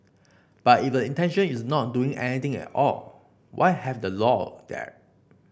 but if the intention is not do anything at all why have the law there